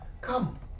Come